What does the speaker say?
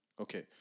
Okay